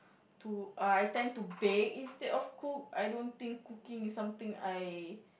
to uh I tend to bake instead of cook I don't think cooking is something I